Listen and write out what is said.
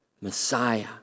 Messiah